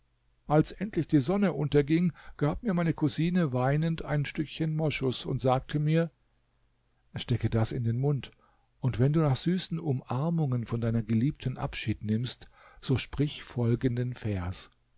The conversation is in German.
als endlich die sonne unterging gab mir meine cousine weinend ein stückchen moschus und sagte mir stecke das in den mund und wenn du nach süßen umarmungen von deiner geliebten abschied nimmst so sprich folgenden vers